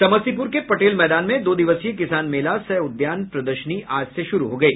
समस्तीपुर के पटेल मैदान में दो दिवसीय किसान मेला सह उद्यान प्रदर्शनी आज से शुरू हो गयी